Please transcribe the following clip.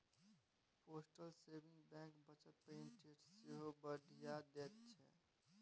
postal saving bank बचत पर interest सेहो बढ़ियाँ दैत छै